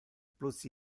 plus